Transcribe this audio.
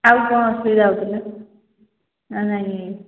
ଆଉ କ'ଣ ଅସୁବିଧା ହଉଥିଲା ନା ନାଇଁ